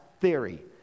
theory